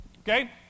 Okay